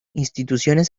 instituciones